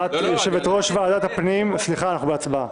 יושבת-ראש ועדת הפנים והגנת הסביבה להקדמת הדיון בהצעת